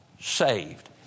saved